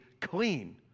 clean